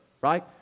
right